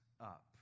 up